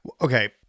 Okay